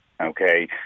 Okay